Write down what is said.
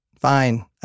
fine